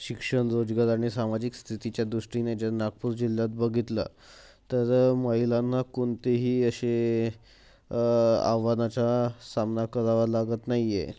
शिक्षण रोजगार आणि सामाजिक स्थितीच्या दृष्टीने जर नागपूर जिल्ह्यात बघितलं तर महिलांना कोणतेही अशा आव्हानाचा सामना करावा लागत नाही आहे